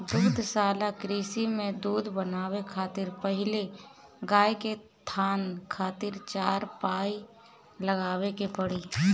दुग्धशाला कृषि में दूध बनावे खातिर पहिले गाय के थान खातिर चार पाइप लगावे के पड़ी